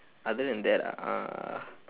other than that uh